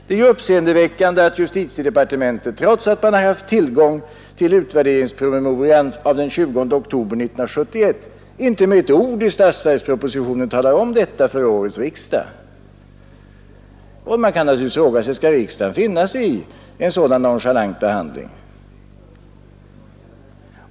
Det är uppseendeväckande att justitiedepartementet — trots att man har haft tillgång till utvärderingspromemorian av den 20 oktober 1971 — inte med ett ord i statsverkspropositionen talar om detta för årets riksdag. Skall riksdagen finna sig i en sådan nonchalant behandling?